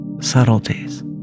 subtleties